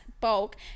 bulk